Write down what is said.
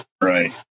right